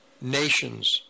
Nations